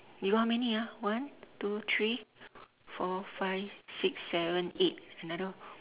you got how many ah one two three four five six seven eight another one